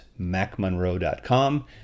macmonroe.com